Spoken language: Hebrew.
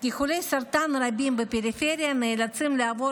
כי חולי סרטן רבים בפריפריה נאלצים לעבור